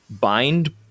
bind